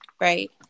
Right